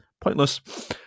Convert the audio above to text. pointless